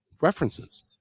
references